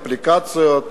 אפליקציות,